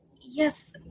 Yes